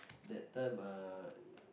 that time uh